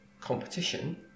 competition